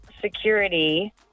security